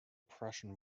prussian